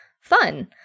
fun